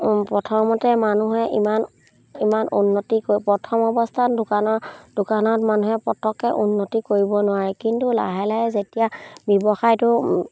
প্ৰথমতে মানুহে ইমান ইমান উন্নতি কৰি প্ৰথম অৱস্থাত দোকানৰ দোকানত মানুহে পতককে উন্নতি কৰিব নোৱাৰে কিন্তু লাহে লাহে যেতিয়া ব্যৱসায়টো